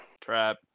Trap